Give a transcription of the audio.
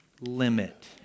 limit